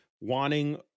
wanting